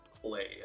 play